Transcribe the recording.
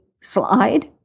slide